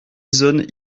zones